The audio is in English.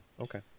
okay